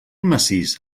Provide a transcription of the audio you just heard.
massís